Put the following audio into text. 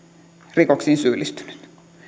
rikoksiin syyllistynyt